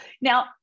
now